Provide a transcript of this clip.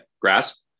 grasp